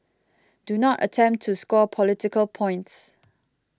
do not attempt to score political points